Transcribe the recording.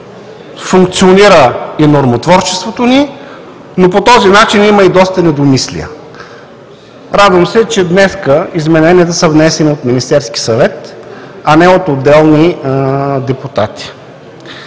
функционира и нормотворчеството ни, но по този начин има и доста недомислия. Радвам се, че днес измененията са внесени от Министерския съвет, а не от отделни депутати.